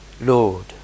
Lord